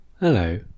Hello